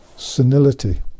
senility